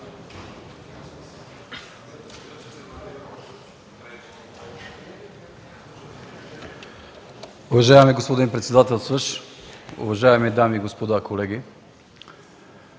Уважаеми господин председателстващ, уважаеми дами и господа, колеги!